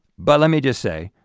but let me just say,